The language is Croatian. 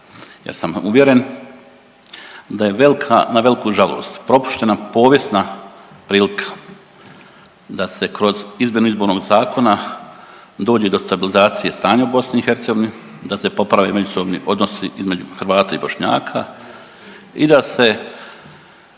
Ja sam uvjeren da je velka, na velku žalost propuštena prilika da se kroz izmjenu Izbornog zakona dođe do stabilizacije stanja u BiH, da se poprave međusobni odnosi između Hrvata i Bošnjaka i da se